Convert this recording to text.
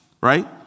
right